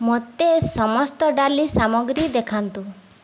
ମୋତେ ସମସ୍ତ ଡାଲି ସାମଗ୍ରୀ ଦେଖାନ୍ତୁ